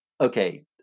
Okay